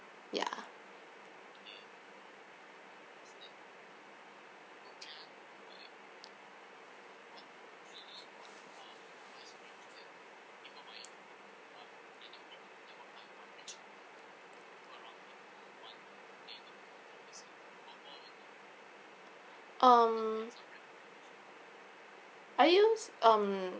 ya um are you um